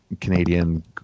Canadian